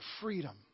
freedom